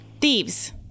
thieves